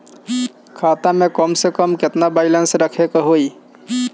खाता में कम से कम केतना बैलेंस रखे के होईं?